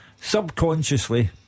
subconsciously